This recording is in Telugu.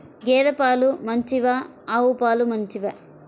గేద పాలు మంచివా ఆవు పాలు మంచివా?